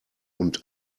und